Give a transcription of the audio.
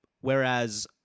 Whereas